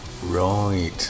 Right